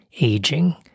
aging